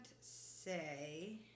say